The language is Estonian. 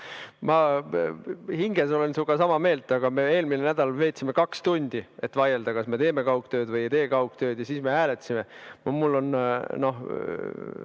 hinges olen sinuga sama meelt, aga me eelmisel nädalal veetsime kaks tundi, et vaielda, kas me teeme kaugtööd või ei tee kaugtööd, ja siis me hääletasime. Mul on või